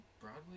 Broadway